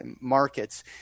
markets